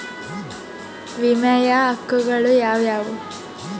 ವಿಮೆಯ ಹಕ್ಕುಗಳು ಯಾವ್ಯಾವು?